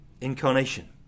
incarnation